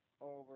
over